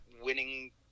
winning